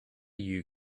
you